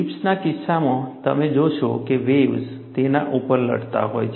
શિપ્સના કિસ્સામાં તમે જોશો કે વેવ્ઝ તેના ઉપર લડતા હોય છે